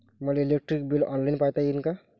मले electric bill online पायता येईन का?